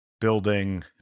building